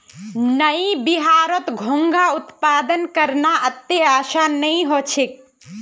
नइ बिहारत घोंघा उत्पादन करना अत्ते आसान नइ ह छेक